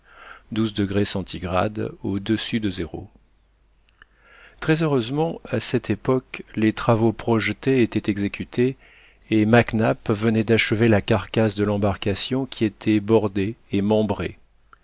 à cinquante-quatre degrés fahrenheit très heureusement à cette époque les travaux projetés étaient exécutés et mac nap venait d'achever la carcasse de l'embarcation qui était bordée et membrée